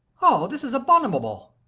oh! this is abominable.